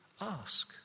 ask